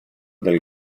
del